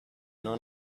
non